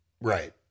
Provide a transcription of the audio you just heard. Right